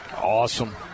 Awesome